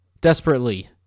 desperately